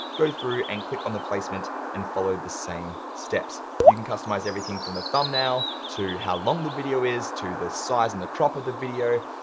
go through and click on the placement and follow the same steps. you can customize everything from the thumbnail, to how long the video is, to the size and the crop of the video,